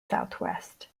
southwest